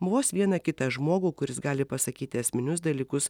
vos vieną kitą žmogų kuris gali pasakyti esminius dalykus